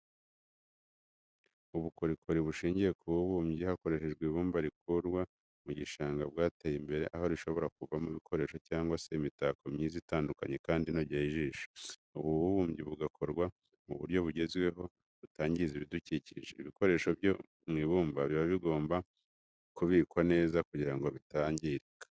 Ubukorikori bushingiye ku bubumbyi hakoreshejwe ibumba rikurwa mu gishanga bwateye imbere, aho rishobora kuvamo ibikoresho cyangwa se imitako myiza itandukanye kandi inogeye ijisho. Ubu bubumbyi bugakorwa mu buryo bugezweho butangiza ibidukikije. Ibikoresho byo mu ibumba biba bigomba kubikwa neza kugira ngo bitangirika.